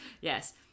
Yes